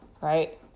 right